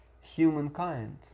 humankind